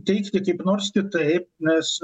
teigti kaip nors kitaip nes